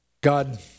God